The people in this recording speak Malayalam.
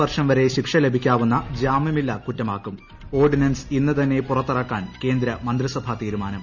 വർഷം വരെ ശിക്ഷ ലഭിക്കാവുന്ന ജാമൃമില്ലാ കുറ്റമാക്കും ഓർഡിനൻസ് ഇന്ന് തന്നെ പുറത്തിറക്കാൻ കേന്ദ്ര മന്ത്രിസഭാ തീരുമാനം